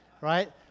right